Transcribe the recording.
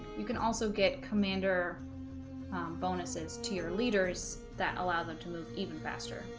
you can also get commander bonuses to your leaders that allow them to move even faster